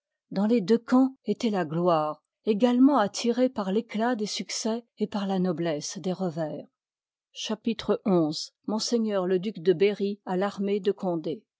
dans les deux camps étoit la gloire également attirée par t'cclat tles succès et par la noblesse deircvgfs i part liv l chapitre xi ms le duc de berry à vannée de condé